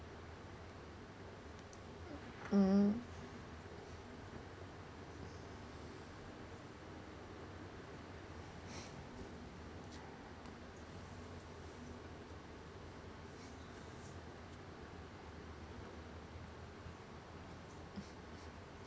mm